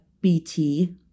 BT